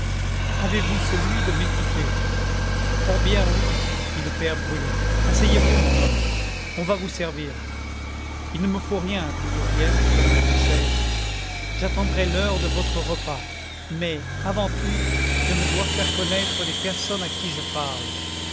avez-vous celui de m'écouter fort bien oui dit le père brulet asseyez-vous mon homme on va vous servir il ne me faut rien dit huriel prenant une chaise j'attendrai l'heure de votre repas mais avant tout je me dois faire connaître des personnes à qui je parle